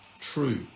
true